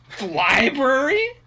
Library